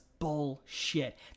bullshit